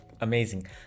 Amazing